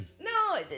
No